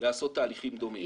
לעשות תהליכים דומים.